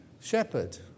shepherd